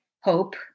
hope